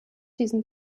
diesen